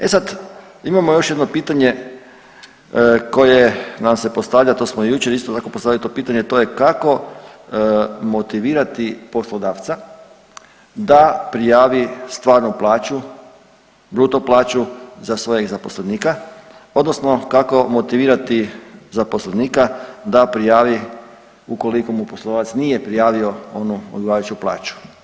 E sad, imamo još jedno pitanje koje nam se postavlja, to smo i jučer isto tako postavili to pitanje, to je kako motivirati poslodavca da prijavi stvarnu plaću, bruto plaću za svojeg zaposlenika odnosno kako motivirati zaposlenika da prijavi ukoliko mu poslodavac nije prijavio onu odgovarajuću plaću.